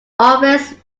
office